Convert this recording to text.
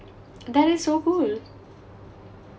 that's so cool